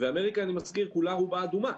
ואמריקה, אני מזכיר, רובה אדומה.